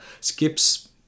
skips